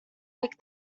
nick